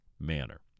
manner